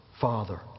Father